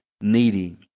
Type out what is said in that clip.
needy